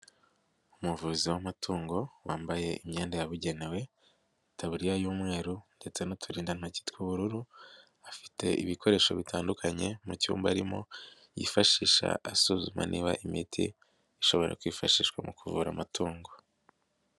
Umuvuzi w'amatungo wambaye imyenda yabugenewe itaburiya y'umweru ndetse n'uturindantoki tw'ubururu. Afite ibikoresho bitandukanye mu cyumba arimo yifashisha asuzuma niba imiti ishobora kwifashishwa mu kuvura amatungo.